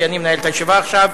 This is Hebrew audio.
כי אני מנהל את הישיבה עכשיו.